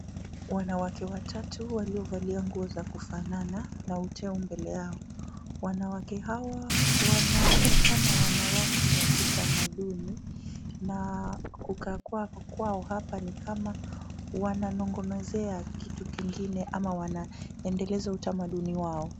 Wanawake watatu waliovalia nguo za kufanana na uteo mbele yao. Wanawake hawa wanaonekana wanawake wa kitamaduni na kukaa kwao hapa ni kama wananong'onezea kitu kingine ama wanaendeleza utamaduni wao.